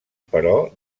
però